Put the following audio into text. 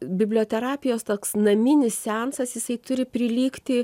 biblioterapijos toks naminis seansas jisai turi prilygti